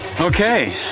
Okay